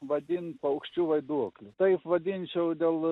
vadint paukščių vaiduoklis taip vadinčiau dėl